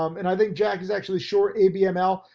um and i think jack is actually short abml.